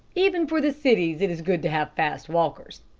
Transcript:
even for the cities it is good to have fast walkers.